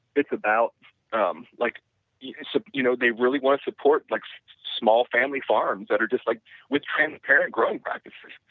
it's about um like yeah so you know they really want to support like small family farms that are just like with transparent growing practices.